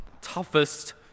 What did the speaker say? toughest